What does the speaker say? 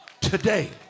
today